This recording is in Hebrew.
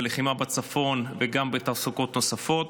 בלחימה בצפון וגם בתעסוקות נוספות.